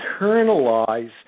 internalize